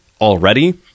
already